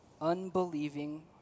unbelieving